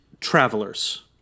Travelers